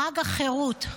חג החירות.